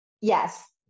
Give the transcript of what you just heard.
yes